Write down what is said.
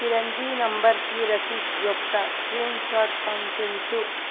చిరంజీ నంబర్కి రశీద్ యొక్క స్క్రీన్షాట్ పంపించు